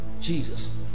Jesus